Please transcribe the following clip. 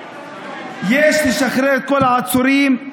יש לשחרר את כל העצורים,